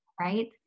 right